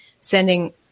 sending